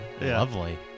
lovely